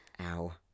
Ow